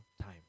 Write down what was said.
time